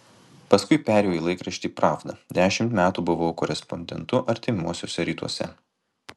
paskui perėjau į laikraštį pravda dešimt metų buvau korespondentu artimuosiuose rytuose